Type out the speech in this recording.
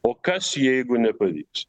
o kas jeigu nepavyks